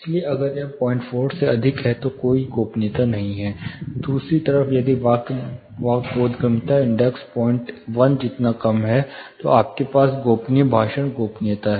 इसलिए अगर यह 04 से अधिक है तो कोई गोपनीयता नहीं है दूसरी तरफ यदि वाक् बोधगम्यता इंडेक्स 01 जितना कम है तो आपके पास गोपनीय भाषण गोपनीयता है